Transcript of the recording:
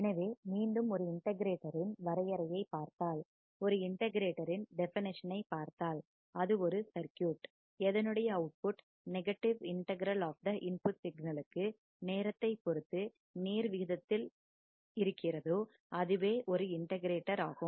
எனவே மீண்டும் ஒரு இண்ட கிரேட்டர் இன் வரையறையை பார்த்தால் ஒரு இண்ட கிரேட்டர் இன் டெபனிஷன் ஐ பார்த்தால் அது ஒரு சர்க்யூட் எதனுடைய output negative integral of the input சிக்னலுக்கு நேரத்தை பொருத்து நேர் விகிதத்தில் இருக்கிறதோ அதுவே ஒரு இண்ட கிரேட்டர் ஆகும்